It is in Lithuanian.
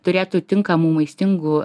turėtų tinkamų maistingų